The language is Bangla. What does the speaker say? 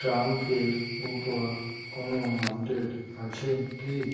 ট্রাম্ফের ওপর কোনও আপডেট আছে কি